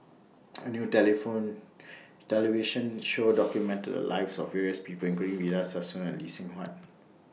A New telephone television Show documented The Lives of various People including Victor Sassoon and Lee Seng Huat